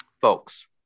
Folks